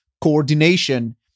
coordination